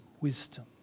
wisdom